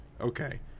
Okay